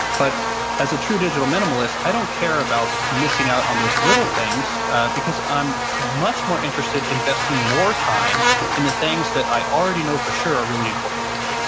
but as a true digital minimalist, i don't care about missing out on those little things because i'm much more interested investing more time in the things that i already know for sure are really important to me.